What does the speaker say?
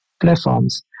platforms